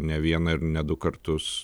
ne vieną ir ne du kartus